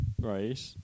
right